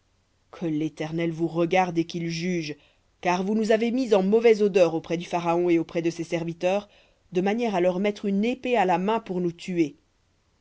que l'éternel vous regarde et qu'il juge car vous nous avez mis en mauvaise odeur auprès du pharaon et auprès de ses serviteurs de manière à leur mettre une épée à la main pour nous tuer